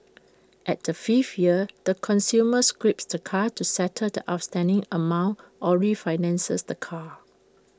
at the fifth year the consumer scraps the car to settle the outstanding amount or refinances the car